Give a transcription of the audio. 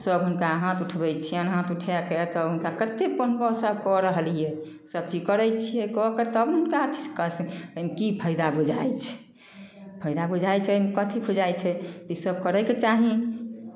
सभ हुनका हाथ उठबै छियनि हाथ उठाए कऽ हुनका कतेक हमसभ कऽ रहलियै सभचीज करै छियै कऽ कऽ तब ने हुनका कष्ट की फाइदा बुझाइ छै फाइदा बुझाइ छै कथि बुझाइ छै इसभ करयके चाही